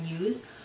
use